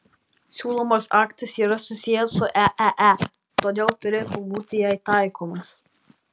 siūlomas aktas yra susijęs su eee todėl turėtų būti jai taikomas